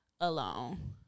alone